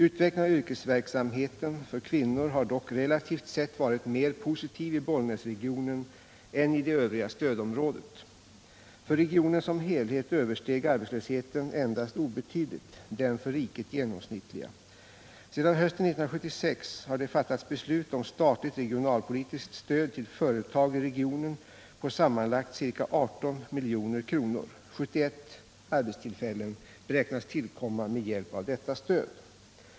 Utvecklingen av yrkesverksamheten för kvinnor har dock relativt sett varit mer positiv i Bollnäsregionen än i det övriga stödområdet. För regionen som helhet översteg arbetslösheten endast obetydligt den för riket genomsnittliga. Sedan hösten 1976 har det fattats beslut om statligt regionalpolitiskt stöd till företag i regionen på sammanlagt ca 18 milj.kr. 71 arbetstillfällen beräknas tillkomma med hjälp av detta stöd.